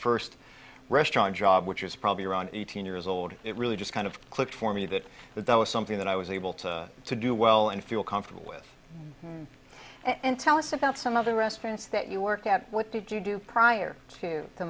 first restaurant job which is probably around eighteen years old it really just kind of clicked for me that that that was something that i was able to to do well and feel comfortable with and tell us about some of the restaurants that you work at what did you do prior to the